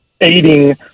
aiding